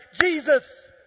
Jesus